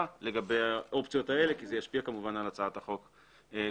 לגבי האופציות האלה כי זה ישפיע כמובן על הצעת החוק כולה.